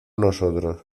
nosotros